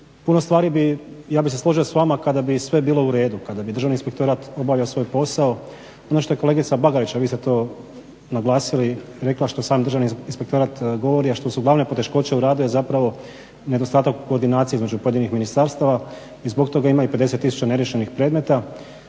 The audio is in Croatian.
Puno stvari bih, ja bih se složio s vama kada bi sve bilo u redu, kada bi državni inspektorat obavio svoj posao. Ono što je kolegica Bagarić a vi ste to naglasili rekla što sam državni inspektorat govori a što su glavne poteškoće u radu je zapravo nedostatak koordinacije između pojedinih ministarstava i zbog toga ima i 50 tisuća neriješenih predmeta